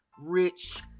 rich